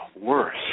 worse